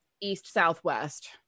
east-southwest